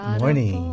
morning